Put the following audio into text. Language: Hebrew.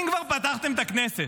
אם כבר פתחתם את הכנסת,